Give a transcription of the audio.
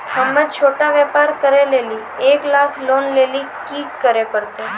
हम्मय छोटा व्यापार करे लेली एक लाख लोन लेली की करे परतै?